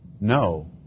No